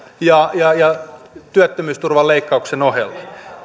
ja ja työttömyysturvan leikkauksen ohella